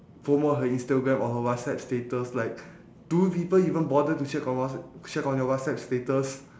follow her instagram on her whatsapp status like do people even bother to check on whatsapp check on their whatsapp status